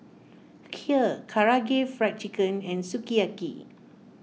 Kheer Karaage Fried Chicken and Sukiyaki